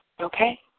Okay